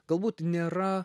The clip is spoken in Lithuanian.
galbūt nėra